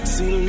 See